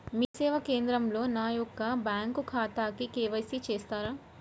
మీ సేవా కేంద్రంలో నా యొక్క బ్యాంకు ఖాతాకి కే.వై.సి చేస్తారా?